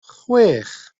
chwech